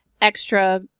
extra